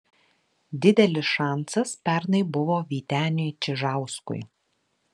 didelis šansas pernai buvo vyteniui čižauskui